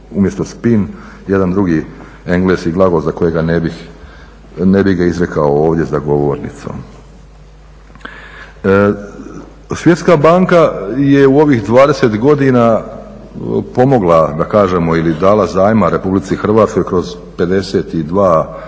umjesto spin jedan drugi engleski glagol za kojega ne bih, ne bih ga izrekao ovdje za govornicom. Svjetska banka je u ovih 20 godina pomogla ili dala zajma Republici Hrvatskoj kroz 52 programa